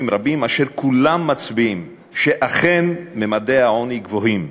רבים אשר כולם מצביעים שאכן ממדי העוני גבוהים.